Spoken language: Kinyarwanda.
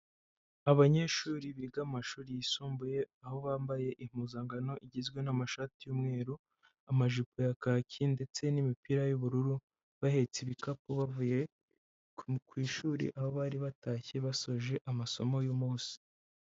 Abanyeshuri biga amashuri yisumbuye aho bambaye impuzangano igizwe n'amashati y'umweru, amajipo ya kaki ndetse n'imipira y'ubururu, bahetse ibikapu bavuye ku ishuri aho bari batashye basoje amasomo y'umunsi.